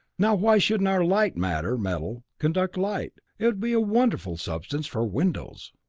now why shouldn't our light matter metal conduct light? it would be a wonderful substance for windows.